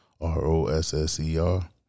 R-O-S-S-E-R